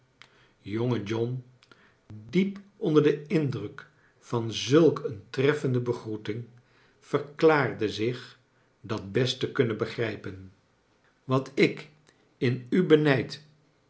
jonge john diep onder den indruk van zulk een treffende begroeting verklaarde zich dat best te kunnen begrijpen ywat ik in u benijd